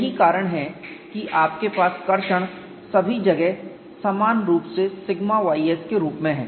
यही कारण है कि आपके पास कर्षण ट्रेक्शन सभी जगह समान रूप से σys के रूप में है